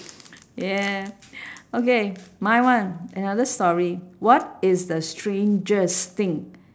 yeah okay my one another story what is the strangest thing